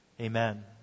Amen